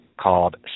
Called